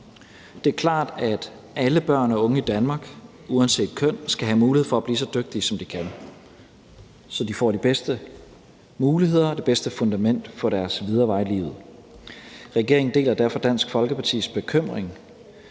Det er klart, at alle børn og unge i Danmark uanset køn skal have mulighed for at blive så dygtige, som de kan, så de får de bedste muligheder, det bedste fundament for deres videre vej i livet. Regeringen deler derfor Dansk Folkepartis bekymring